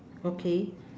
okay